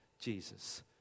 jesus